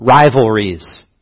rivalries